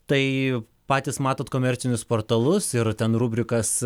tai patys matote komercinius portalus ir ten rubrikas